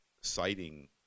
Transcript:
citing